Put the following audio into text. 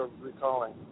recalling